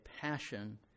passion